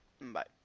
Bye